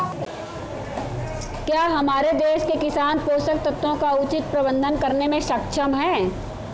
क्या हमारे देश के किसान पोषक तत्वों का उचित प्रबंधन करने में सक्षम हैं?